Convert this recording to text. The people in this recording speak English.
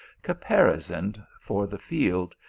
caparisoned for the field,